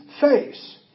face